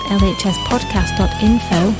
lhspodcast.info